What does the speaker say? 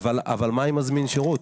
אבל מה עם מזמין שירות?